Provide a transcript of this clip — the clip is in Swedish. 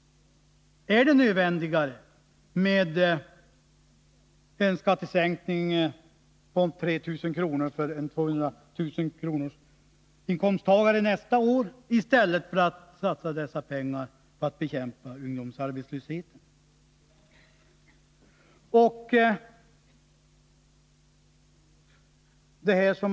Är det nödvändigare med en skattesänkning på 3000 kronor för en 200 000 kronors-inkomsttagare nästa år än att satsa dessa pengar på att bekämpa ungdomsarbetslösheten.